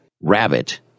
Rabbit